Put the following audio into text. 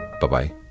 Bye-bye